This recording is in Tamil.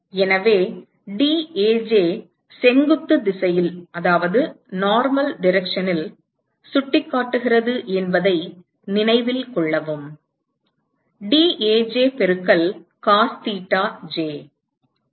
எனவே dAj செங்குத்து திசையில் சுட்டிக்காட்டுகிறது என்பதை நினைவில் கொள்ளவும் dAj பெருக்கல் cos theta j சரி